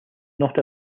not